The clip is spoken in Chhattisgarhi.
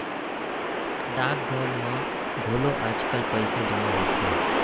डाकघर म घलौ आजकाल पइसा जमा होथे